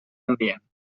ambient